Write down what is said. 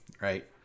right